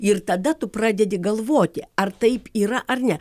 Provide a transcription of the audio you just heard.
ir tada tu pradedi galvoti ar taip yra ar ne